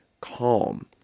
Calm